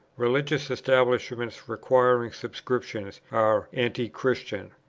religious establishments requiring subscription are anti-christian.